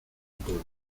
pueblo